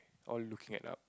all looking at up